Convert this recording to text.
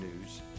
news